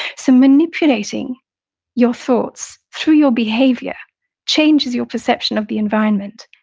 so manipulating your thoughts through your behavior changes your perception of the environment,